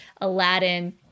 Aladdin